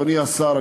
אדוני השר,